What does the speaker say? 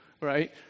right